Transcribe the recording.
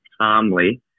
calmly